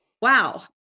wow